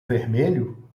vermelho